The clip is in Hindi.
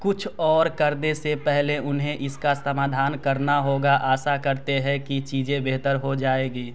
कुछ और करने से पहले उन्हें इसका समाधान करना होगा आशा करते है कि चीजें बेहतर हो जाएगी